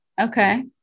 Okay